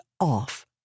off